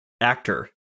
actor